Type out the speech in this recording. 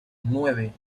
nueve